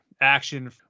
action